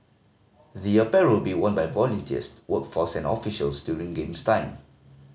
the apparel will be worn by volunteers workforce and officials during Games time